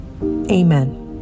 Amen